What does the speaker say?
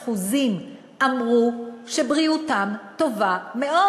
ו-82% אמרו שבריאותם טובה מאוד.